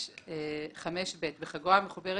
(5)(ב), בחגורה מחוברת